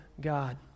God